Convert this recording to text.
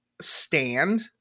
Stand